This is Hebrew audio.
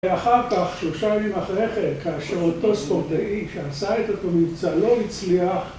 ואחר כך, שלושה ימים אחריך, כאשר אותו ספורטאי שעשה את אותו מבצע לא הצליח